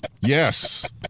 Yes